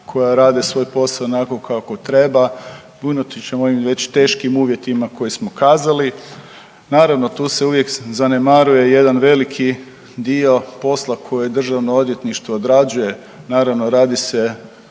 koja rade svoj posao onako kako treba i unatoč ovim već teškim uvjetima koje smo kazali. Naravno tu se uvijek zanemaruje jedan veliki dio posla koje državno odvjetništvo odrađuje, naravno radi se